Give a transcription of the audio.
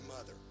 mother